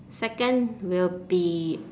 second will be